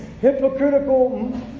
hypocritical